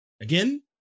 Again